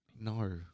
No